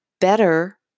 better